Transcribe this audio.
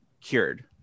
cured